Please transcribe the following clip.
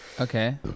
Okay